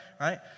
right